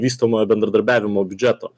vystomojo bendradarbiavimo biudžeto